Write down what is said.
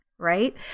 Right